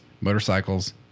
motorcycles